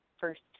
first